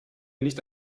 nicht